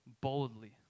boldly